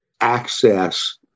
access